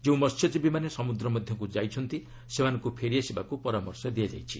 ଯେଉଁ ମହ୍ୟଜୀବୀମାନେ ସମୁଦ୍ର ମଧ୍ୟକୁ ଯାଇଛଡ଼୍ତି ସେମାନଙ୍କୁ ଫେରିଆସିବାକୁ ପରାମର୍ଶ ଦିଆଯାଇଛି